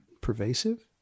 Pervasive